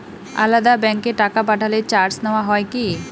আলাদা ব্যাংকে টাকা পাঠালে চার্জ নেওয়া হয় কি?